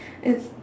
it's